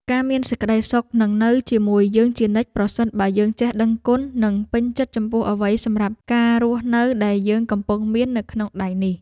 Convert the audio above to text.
ការមានសេចក្ដីសុខនឹងនៅជាមួយយើងជានិច្ចប្រសិនបើយើងចេះដឹងគុណនិងពេញចិត្តចំពោះអ្វីសម្រាប់ការរស់នៅដែលយើងកំពុងមាននៅក្នុងដៃនេះ។